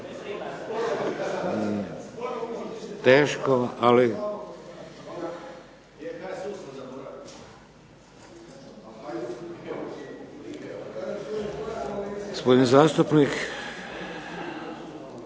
Teško, ali. Gospodin zastupnik